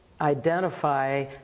identify